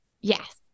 Yes